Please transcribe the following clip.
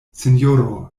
sinjoro